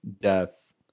death